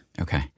Okay